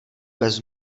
bez